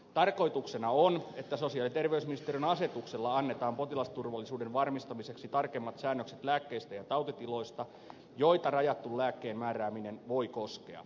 tarkoituksena on että sosiaali ja terveysministeriön asetuksella annetaan potilasturvallisuuden varmistamiseksi tarkemmat säännökset lääkkeistä ja tautitiloista joita rajattu lääkkeen määrääminen voi koskea